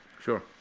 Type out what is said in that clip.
Sure